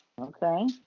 Okay